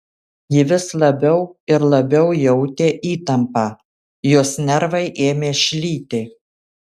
ji vis labiau ir labiau jautė įtampą jos nervai ėmė šlyti